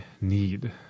need